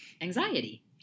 anxiety